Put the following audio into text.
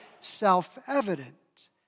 self-evident